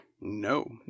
No